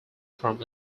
from